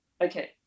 okay